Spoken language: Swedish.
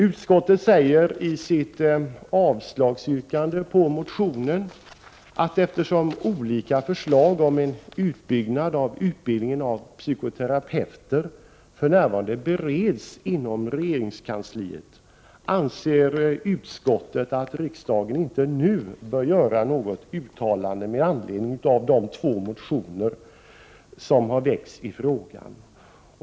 Utskottet säger i sitt avslagsyrkande på motionen att eftersom olika förslag om en utbyggnad av utbildningen av psykoterapeuter för närvarande bereds inom regeringskansliet, anser utskottet att riksdagen inte nu bör göra något uttalande med anledning av de två motioner som har väckts i frågan.